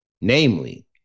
namely